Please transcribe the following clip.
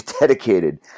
dedicated